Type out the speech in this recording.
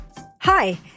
Hi